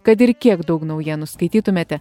kad ir kiek daug naujienų skaitytumėte